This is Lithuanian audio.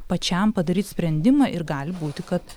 pačiam padaryt sprendimą ir gali būti kad